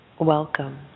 welcome